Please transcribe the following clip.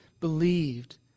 believed